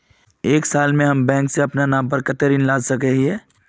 एक साल में हम बैंक से अपना नाम पर कते ऋण ला सके हिय?